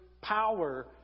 power